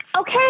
Okay